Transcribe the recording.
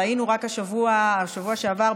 ראינו רק בשבוע שעבר,